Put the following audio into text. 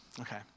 Okay